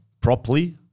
properly